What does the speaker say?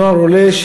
נוער עולה,